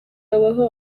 habaho